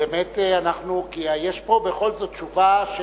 יש פה בכל זאת תשובה,